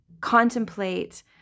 contemplate